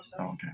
Okay